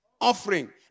offering